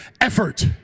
effort